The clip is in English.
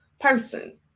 person